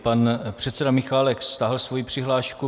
Pan předseda Michálek stáhl svoji přihlášku.